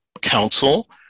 council